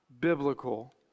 biblical